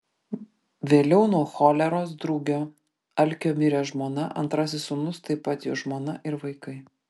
vėliau nuo choleros drugio alkio mirė žmona antrasis sūnus taip pat jo žmona ir vaikai